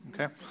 okay